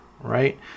right